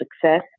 success